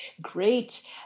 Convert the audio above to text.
great